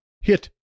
hit